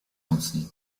mocniej